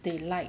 they like